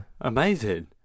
amazing